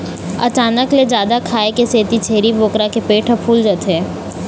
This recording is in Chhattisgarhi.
अचानक ले जादा खाए के सेती छेरी बोकरा के पेट ह फूल जाथे